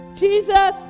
Jesus